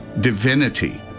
divinity